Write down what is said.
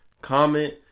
comment